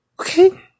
okay